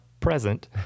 present